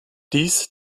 dies